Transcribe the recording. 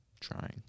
Trying